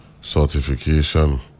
certification